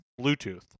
Bluetooth